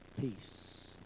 Peace